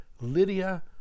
Lydia